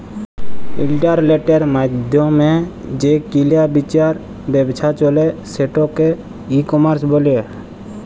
ইলটারলেটের মাইধ্যমে যে কিলা বিচার ব্যাবছা চলে সেটকে ই কমার্স ব্যলে